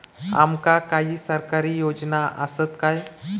आमका काही सरकारी योजना आसत काय?